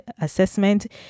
assessment